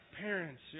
parents